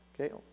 okay